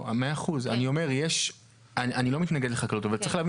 אני לא מתנגד לחקלאות אבל צריך להבין